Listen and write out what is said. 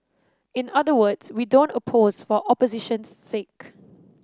in other words we don't oppose for opposition's sake